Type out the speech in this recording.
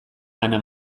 ana